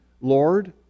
Lord